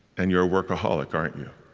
and you're a workaholic, aren't you?